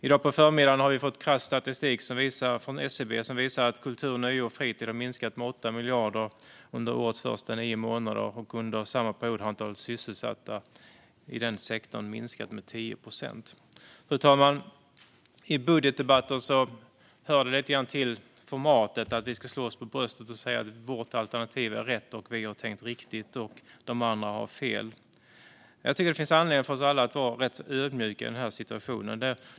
I dag på förmiddagen har vi fått krass statistik från SCB som visar att kultur, nöje och fritid har minskat med 8 miljarder under årets första nio månader. Under samma period har antalet sysselsatta i den sektorn minskat med 10 procent. Fru talman! I budgetdebatter hör det lite grann till formatet att vi ska slå oss för bröstet och säga att vårt alternativ är rätt, att vi har tänkt riktigt och att de andra har fel. Jag tycker dock att det finns anledning för oss alla att vara rätt så ödmjuka i den här situationen.